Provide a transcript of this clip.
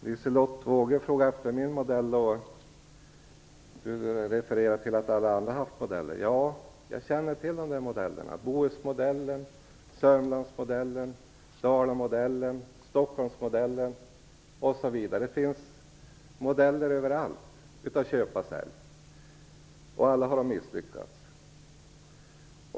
Herr talman! Liselotte Wågö efterfrågar min modell och refererar till att alla andra haft modeller. Ja, jag känner till dessa modeller: Bohusmodellen, Sörmlandsmodellen, Dalamodellen, Stockholmsmodellen osv. Det finns köpa-sälj-modeller överallt, och alla har de misslyckats.